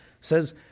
says